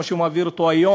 כמו שהוא מעביר אותו היום,